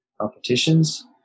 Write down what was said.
competitions